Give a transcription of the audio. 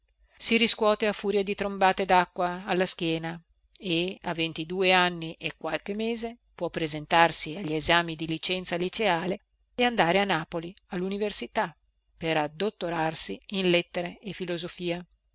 si riscuote a furia di trombate dacqua alla schiena e a ventidue anni e qualche mese può presentarsi agli esami di licenza liceale e andare a napoli alluniversità per addottorarsi in lettere e filosofia